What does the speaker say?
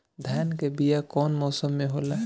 धान के बीया कौन मौसम में होला?